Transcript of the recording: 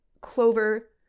Clover